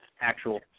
actual